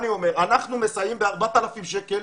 אנחנו מסייעים ב-4,000 שקלים